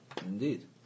Indeed